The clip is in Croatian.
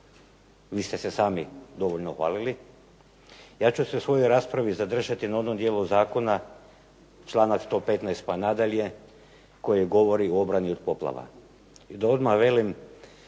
Vi ste se sami dovoljno hvalili. Ja ću se u svojoj raspravi zadržati na onom dijelu zakona članak 115. pa na dalje koji govori o obrani od poplava i da odmah velim